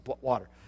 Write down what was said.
water